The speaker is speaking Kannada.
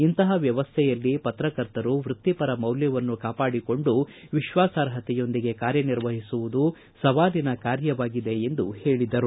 ಇಂತಹ ವ್ಯವಸ್ಥೆ ಯಲ್ಲಿ ಪತ್ರಕರ್ತರು ವೃತ್ತಿಪರ ಮೌಲ್ಯವನ್ನು ಕಾಪಾಡಿಕೊಂಡು ವಿಶ್ವಾರ್ಹತೆಯೊಂದಿಗೆ ಕಾರ್ಯ ನಿರ್ವಹಿಸುವುದು ಸವಾಲಿನ ಕಾರ್ಯ ಎಂದು ಅವರು ಹೇಳಿದರು